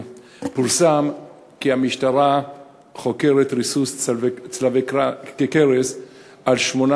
פורסם כי המשטרה חוקרת ריסוס צלבי קרס על שמונה